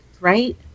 Right